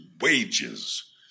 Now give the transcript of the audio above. wages